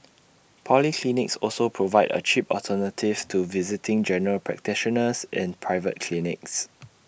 polyclinics also provide A cheap alternative to visiting general practitioners in private clinics